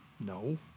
No